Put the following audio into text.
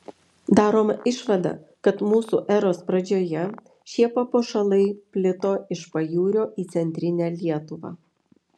daroma išvada kad mūsų eros pradžioje šie papuošalai plito iš pajūrio į centrinę lietuvą